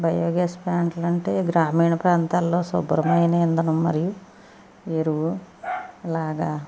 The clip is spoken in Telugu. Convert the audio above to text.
బయో గ్యాస్ ప్లాంట్ అంటే గ్రామీణ ప్రాంతాల్లో శుభ్రమైన ఇంధనం మరియు ఎరువు అలాగా